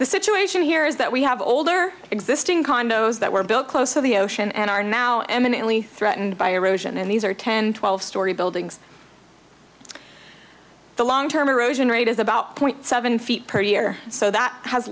the situation here is that we have older existing condos that were built close of the ocean and are now imminently threatened by erosion and these are ten twelve story buildings the long term erosion rate is about point seven feet per year so that has